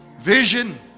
Vision